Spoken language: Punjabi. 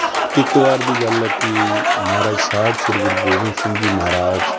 ਇੱਕ ਵਾਰ ਦੀ ਗੱਲ ਹੈ ਕਿ ਮਹਾਰਾਜ ਸਾਹਿਬ ਸ਼੍ਰੀ ਗੁਰੂ ਗੋਬਿੰਦ ਸਿੰਘ ਜੀ ਮਹਾਰਾਜ